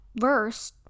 verse